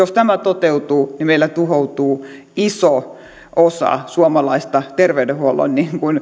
jos tämä toteutuu niin meillä tuhoutuu iso osa suomalaista terveydenhuollon